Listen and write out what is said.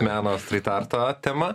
meno strytarto tema